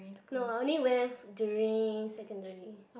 no I only went during secondary